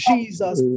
Jesus